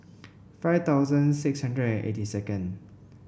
five thousand six hundred and eighty second